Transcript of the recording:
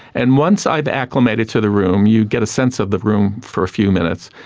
and once i've acclimatised to the room, you get a sense of the room for a few minutes,